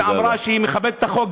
שאמרה שהיא מכבדת את החוק,